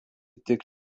tik